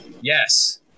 Yes